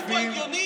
התרבות והספורט: